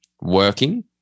working